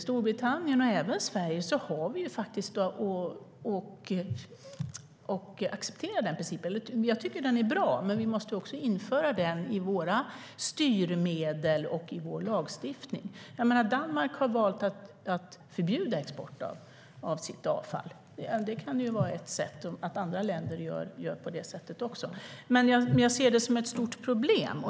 Storbritannien men även Sverige har faktiskt att acceptera den principen. Jag tycker att den är bra, men vi måste också införa den i våra styrmedel och vår lagstiftning. Danmark har valt att förbjuda export av sitt avfall. Att andra länder gör så kan vara ett sätt. Jag ser detta som ett stort problem.